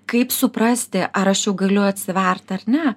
kaip suprasti ar aš jau galiu atsiverti ar ne